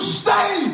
stay